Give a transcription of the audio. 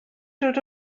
dod